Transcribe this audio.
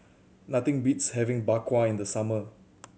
nothing beats having Bak Kwa in the summer